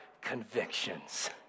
convictions